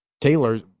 Taylor